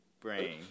brain